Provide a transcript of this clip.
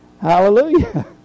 Hallelujah